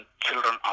children